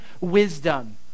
wisdom